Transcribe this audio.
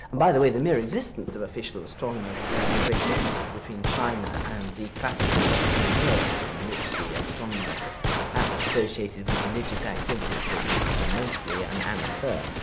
and by the way, the mere existence of official astronomers is one of the great differences between china and the classical western world in which the astronomer was perhaps associated with religious activities but was mostly an amateur.